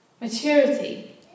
Maturity